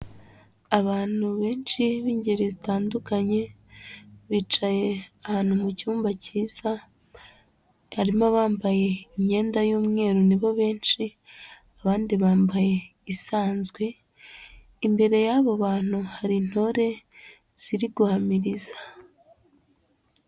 Abantu benshi b'ingeri zitandukanye bicaye ahantu mu cyumba cyiza barimo abambaye imyenda y'umweru nibo benshi, abandi bambaye isanzwe, imbere y'abo bantu hari intore ziri guhamiriza.